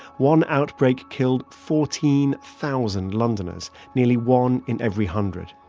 one outbreak killed fourteen thousand londoners, nearly one in every hundred.